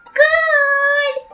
good